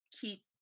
keep